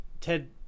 Ted